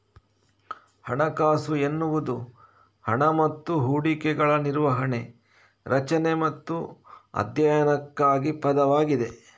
ಹಣಕಾಸು ಎನ್ನುವುದು ಹಣ ಮತ್ತು ಹೂಡಿಕೆಗಳ ನಿರ್ವಹಣೆ, ರಚನೆ ಮತ್ತು ಅಧ್ಯಯನಕ್ಕಾಗಿ ಪದವಾಗಿದೆ